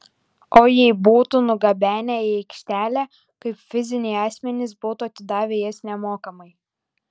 o jei būtų nugabenę į aikštelę kaip fiziniai asmenys būtų atidavę jas nemokamai